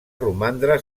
romandre